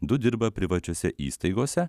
du dirba privačiose įstaigose